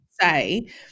say